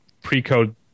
pre-code